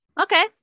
Okay